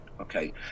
okay